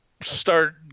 start